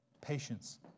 patience